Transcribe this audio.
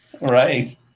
Right